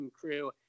crew